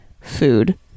food